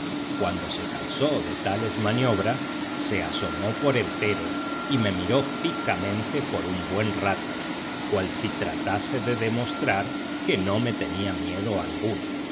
cuando se cansó de tales maniobras se asomó por entero y me miró fijamente por un buen rato cual si tratase de demostrar que no me tenía miedo alguno